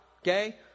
Okay